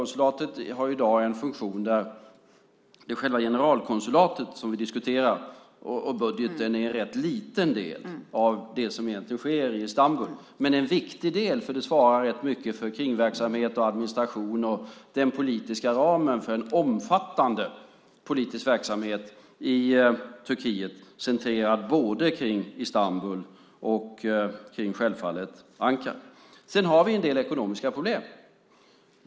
Själva generalkonsulatet är i dag en rätt liten del av det som egentligen sker i Istanbul, men en viktig del, för det svarar rätt mycket för kringverksamhet och administration och den politiska ramen för en omfattande politisk verksamhet i Turkiet centrerad kring Istanbul och självfallet Ankara. Sedan har vi en del ekonomiska problem.